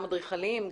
גם אדריכליים,